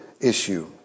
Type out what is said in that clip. issue